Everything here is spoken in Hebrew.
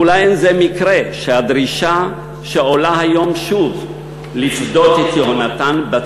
אולי זה לא מקרה שהדרישה לפדות את יונתן עולה שוב היום,